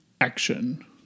action